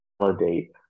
validate